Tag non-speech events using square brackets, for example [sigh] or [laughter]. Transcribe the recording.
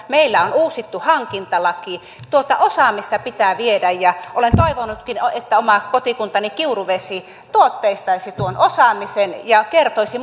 [unintelligible] meillä on uusittu hankintalaki tuota osaamista pitää viedä olen toivonutkin että oma kotikuntani kiuruvesi tuotteistaisi tuon osaamisen ja kertoisi [unintelligible]